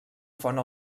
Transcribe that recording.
font